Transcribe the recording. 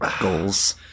goals